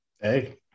Hey